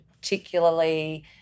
particularly